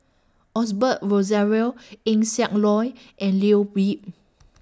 Osbert Rozario Eng Siak Loy and Leo